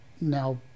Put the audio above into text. now